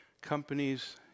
companies